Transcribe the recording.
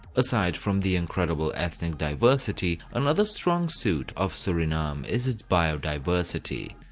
aside from the incredible ethnic diversity, another strong suite of suriname is its biodiversity.